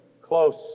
close